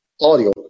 audio